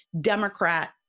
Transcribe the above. Democrat